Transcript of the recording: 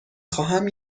خواهم